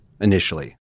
initially